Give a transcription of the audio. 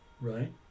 right